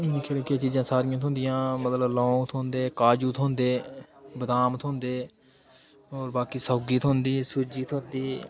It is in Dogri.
निक्कियां निक्कियां चीज़ां सारियां थ्होंदियां मतलब लौंग थ्होंदे काजू थ्होंदे बदाम थ्होंदे होर बाकी सौंगी थ्होंदी सूजी थ्होंदी